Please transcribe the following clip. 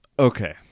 Okay